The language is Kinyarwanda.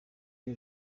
iri